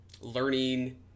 Learning